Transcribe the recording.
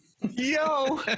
Yo